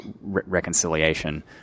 Reconciliation